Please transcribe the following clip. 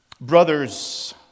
Brothers